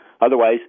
Otherwise